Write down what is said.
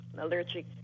allergic